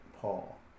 Paul